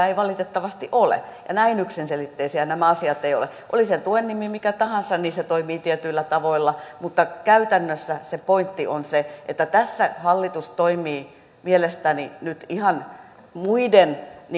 ei valitettavasti ole näin yksiselitteisiä nämä asiat eivät ole oli sen tuen nimi mikä tahansa niin se toimii tietyillä tavoilla mutta käytännössä pointti on se että tässä hallitus toimii mielestäni nyt ihan muiden